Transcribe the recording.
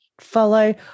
follow